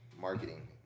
Marketing